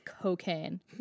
cocaine